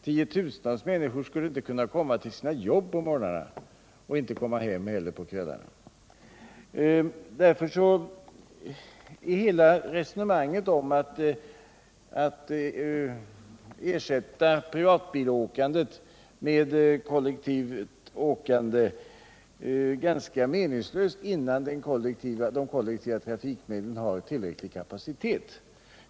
Tiotusentals människor skulle inte kunna komma till sina jobb på morgnarna, inte heller komma hem på kvällarna. Hela resonemanget om att ersätta privatbilåkandet med kollektivt åkande är ganska meningslöst innan de kollektiva trafikmedlen har tillräcklig kapacitet.